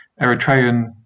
Eritrean